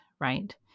right